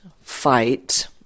fight